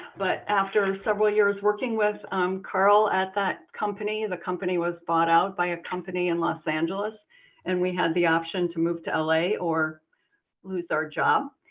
but after several years working with um carl at that company, and the company was bought out by a company in los angeles and we had the option to move to la or lose our job.